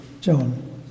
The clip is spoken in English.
John